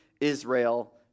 Israel